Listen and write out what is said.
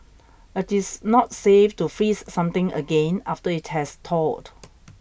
It is not safe to freeze something again after it has thawed